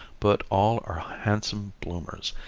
but all are handsome bloomers,